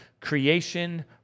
creation